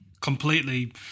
completely